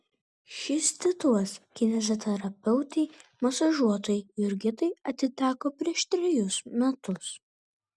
šis titulas kineziterapeutei masažuotojai jurgitai atiteko prieš trejus metus